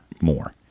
more